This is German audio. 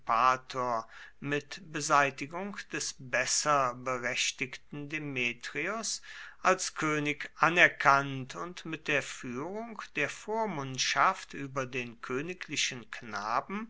mit beseitigung des besser berechtigten demetrios als könig anerkannt und mit der führung der vormundschaft über den königlichen knaben